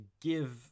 give